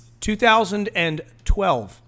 2012